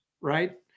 right